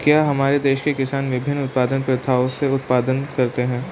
क्या हमारे देश के किसान विभिन्न उत्पादन प्रथाओ से उत्पादन करते हैं?